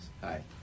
Hi